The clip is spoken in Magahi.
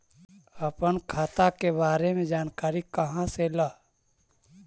अपन खाता के बारे मे जानकारी कहा से ल?